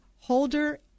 Holder